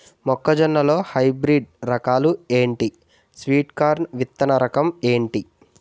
మొక్క జొన్న లో హైబ్రిడ్ రకాలు ఎంటి? స్వీట్ కార్న్ విత్తన రకం ఏంటి?